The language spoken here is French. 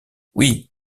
oui